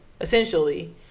essentially